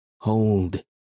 Hold